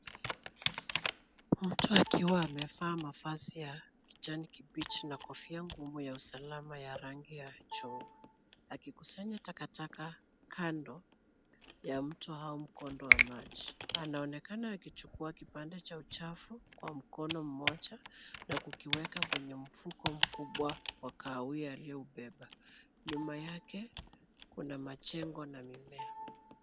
Mtu akiwa amevaa mavazi ya kijani kibichi na kofia ngumu ya usalama ya rangi ya chungwa, akikusanya takataka kando ya mto au mkondo wa maji. Anaonekana akichukua kipande cha uchafu kwa mkono mmoja na kukiweka kwenye mfuko mkubwa wa kahawia alioubeba. Nyuma yake kuna majengo na mimea.